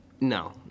no